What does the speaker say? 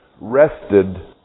rested